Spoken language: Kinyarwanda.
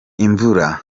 imvura